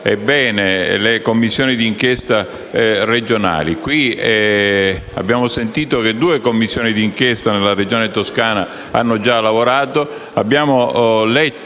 e bene le commissioni d'inchiesta regionali. Abbiamo ascoltato che due commissioni d'inchiesta della Regione Toscana hanno già lavorato